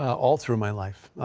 all through my life.